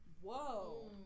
Whoa